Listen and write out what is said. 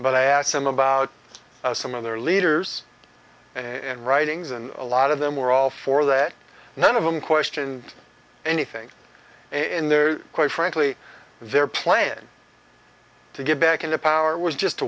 but i asked him about some of their leaders and writings and a lot of them were all for that none of them questioned anything in there quite frankly their plan to get back into power was just